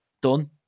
done